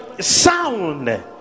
sound